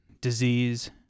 disease